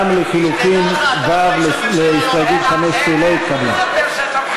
גם לחלופין ו' להסתייגות 15 לא התקבלה.